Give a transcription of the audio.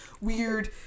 weird